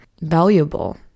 valuable